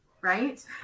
right